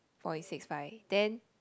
point six five then